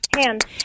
hands